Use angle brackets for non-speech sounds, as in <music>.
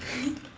<laughs>